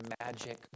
magic